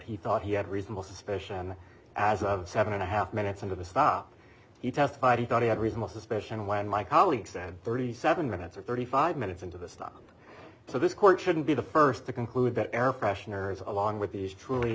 he thought he had a reasonable suspicion and as of seven and a half minutes into the stop he testified he thought he had reasonable suspicion when my colleagues and thirty seven minutes or thirty five minutes into the stop so this court shouldn't be the st to conclude that air fresheners along with these truly